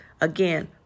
again